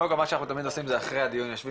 פה מה שאנחנו תמיד עושים זה אחרי הדיון יושבים